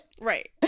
Right